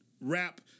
Rap